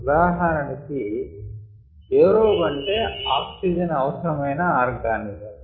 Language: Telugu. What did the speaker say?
ఉదాహరణ కి ఏరోబ్ అంటే ఆక్సిజన్ అవసరమయిన ఆర్గానిజం